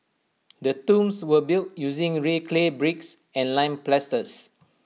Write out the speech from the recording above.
the tombs were built using red clay bricks and lime plasters